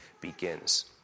begins